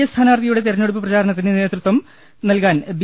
A സ്ഥാനാർത്ഥിയുടെ തിരഞ്ഞെടുപ്പു പ്രചാരണത്തിന് നേതൃത്വം നൽകാൻ ബി